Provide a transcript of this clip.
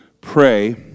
pray